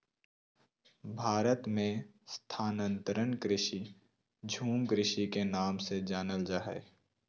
भारत मे स्थानांतरण कृषि, झूम कृषि के नाम से जानल जा हय